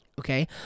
Okay